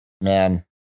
man